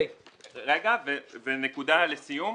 ונקודה לסיום.